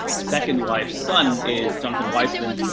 and second wife's son is jonathan weisman.